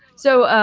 so,